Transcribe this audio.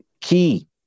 key